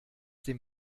dem